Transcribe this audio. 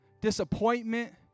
disappointment